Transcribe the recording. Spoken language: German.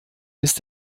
ist